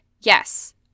yes